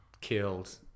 killed